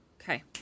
Okay